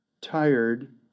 tired